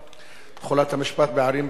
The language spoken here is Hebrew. במועצות האזוריות ובמועצות המקומיות),